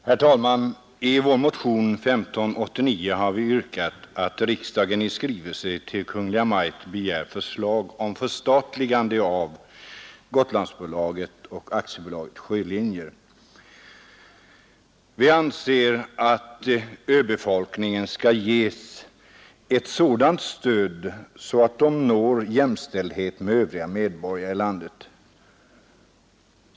Herr talman! I vår motion nr 1589 har vi yrkat att riksdagen i skrivelse till regeringen begär förslag om förstatligande av Gotlandsbolaget och AB Sjölinjer. Vi anser att öbefolkningen skall ges ett sådant stöd att man där når jämställdhet med övriga medborgare i landet.